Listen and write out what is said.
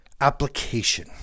application